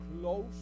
close